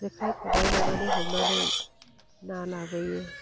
जेखाइ खबाय लानानै हमनानै ना लाबोयो